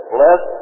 Bless